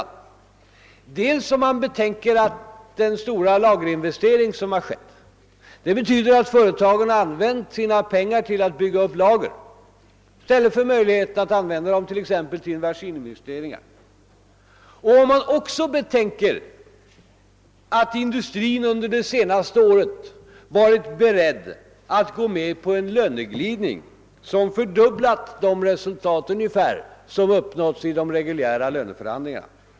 Det finner man om man betänker dels den stora lagerinvestering som skett — det betyder att företagen använt sina pengar till att bygga upp lager i stället för att använda dem till exempelvis maskininvesteringar — dels att industrin under det senaste året varit beredd att gå med på en löneglidning som ungefär fördubblat de resultat som uppnåtts i de reguljära löneförhandlingarna.